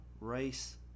race